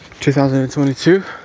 2022